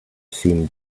seem